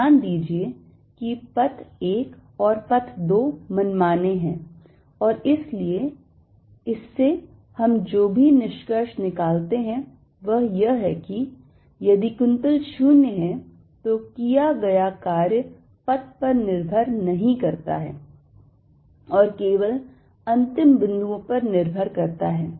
ध्यान दीजिए कि पथ 1 और पथ 2 मनमाने हैं और इसलिए इससे हम जो निष्कर्ष निकालते हैं वह यह है कि यदि कुंतल शून्य है तो किया गया कार्य पथ पर निर्भर नहीं करता है और केवल अंतिम बिंदुओं पर निर्भर करता है